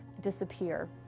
disappear